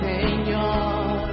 Señor